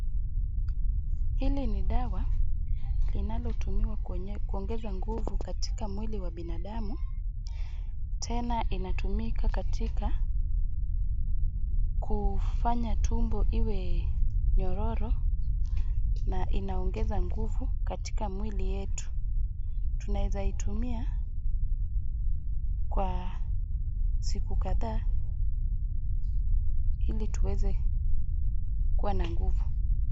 Hili ni dawa linalotumiwa kuongeza nguvu katika mwili wa binadamu. Tena inatumika katika kufanya tumbo iwe nyororo, na inaongeza nguvu katika mwili yetu. Tunaweza itumia kwa siku kadhaa ili tuweze kuwa na nguvu.